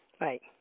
Right